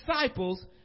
disciples